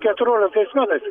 keturioliktais metais